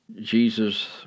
Jesus